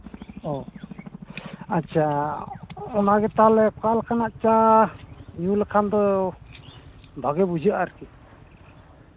ᱚ ᱟᱪᱪᱷᱟ ᱚᱱᱟᱜᱮ ᱛᱟᱦᱞᱮ ᱚᱠᱟ ᱞᱮᱠᱟᱱᱟᱜ ᱪᱟ ᱧᱩ ᱞᱮᱠᱷᱟᱱ ᱫᱚ ᱵᱷᱟᱜᱮ ᱵᱩᱡᱷᱟᱹᱜᱼᱟ ᱟᱨᱠᱤ